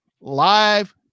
live